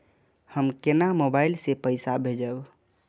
हम केना मोबाइल से पैसा भेजब?